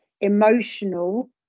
emotional